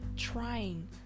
trying